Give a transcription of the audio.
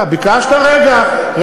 ואתה שר, זה ההבדל.